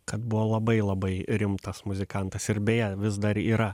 kad buvo labai labai rimtas muzikantas ir beje vis dar yra